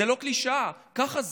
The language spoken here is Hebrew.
זו לא קלישאה, ככה זה.